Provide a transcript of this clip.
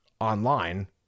online